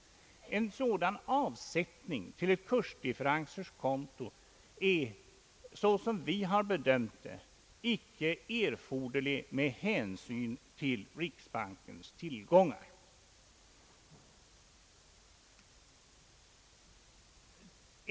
En sådan avsättning till ett kursdifferensers konto är, såsom vi har bedömt det, icke erforderlig med hänsyn till riksbankens tillgångar.